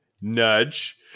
Nudge